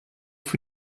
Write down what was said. für